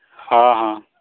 ᱦᱮᱸ ᱦᱮᱸ